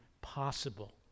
Possible